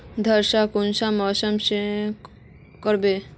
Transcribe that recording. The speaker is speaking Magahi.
थरेसर कौन मशीन से करबे?